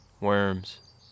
worms